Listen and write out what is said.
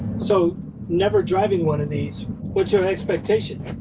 so never driving one in these what's your expectation?